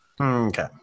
Okay